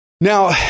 Now